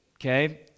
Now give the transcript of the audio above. okay